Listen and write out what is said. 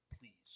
please